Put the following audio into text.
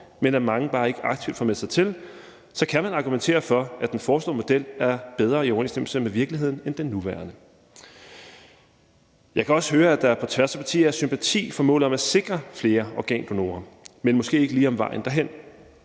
men at mange bare ikke aktivt får meldt sig til, så kan man argumentere for, at den foreslåede model er bedre i overensstemmelse med virkeligheden end den nuværende. Jeg kan også høre, at der på tværs af partier er sympati for målet om at sikre flere organdonorer, men at der måske ikke lige er enighed